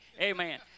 Amen